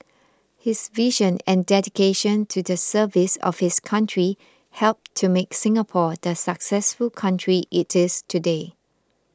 his vision and dedication to the service of his country helped to make Singapore the successful country it is today